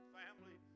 family